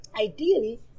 ideally